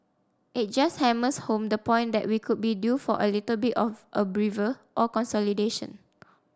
it just hammers home the point that we could be due for a little bit of a breather or consolidation